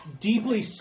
deeply